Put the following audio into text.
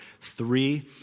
three